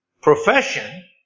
profession